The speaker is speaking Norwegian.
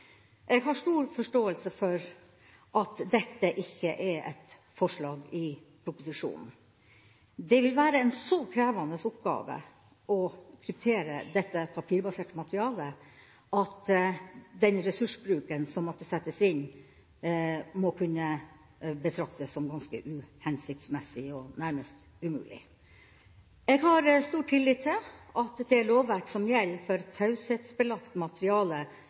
Jeg har stor forståelse for at dette ikke er et forslag i proposisjonen. Det vil være en så krevende oppgave å kryptere dette papirbaserte materialet at den ressursbruken som måtte settes inn, må kunne betraktes som ganske uhensiktsmessig og nærmest umulig. Jeg har stor tillit til at det lovverket som gjelder for taushetsbelagt materiale,